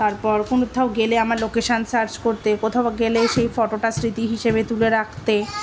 তারপর কোনো কোথাও গেলে আমার লোকেশান সার্চ করতে কোথাও গেলে সেই ফটোটা স্মৃতি হিসেবে তুলে রাখতে